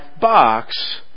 box